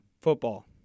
Football